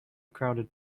crowded